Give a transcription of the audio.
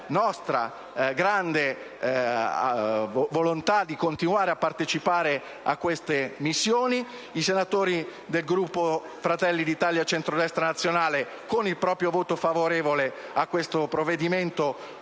nostra grande volontà di continuare a partecipare a queste missioni. I senatori del Gruppo Fratelli d'Italia-Centrodestra Nazionale, con il proprio voto favorevole a questo provvedimento,